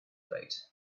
fate